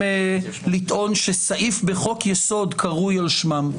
לטעון שסעיף בחוק-יסוד קרוי על שמם.